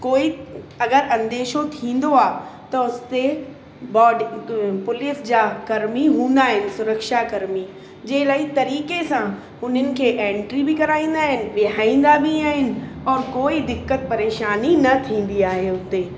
कोई अगरि अंदेशो थींदो आहे त उस ते बॉडी पुलीस जा कर्मी हूंदा आहिनि सुरक्षाकर्मी जे इलाही तरीक़े सां उन्हनि खे एंट्री बि कराईंदा आहिनि विहाईंदा बि आहिनि ऐं कोई दिक़त परेशानी न थींदी आहे उते